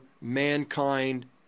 mankind